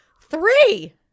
Three